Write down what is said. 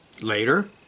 Later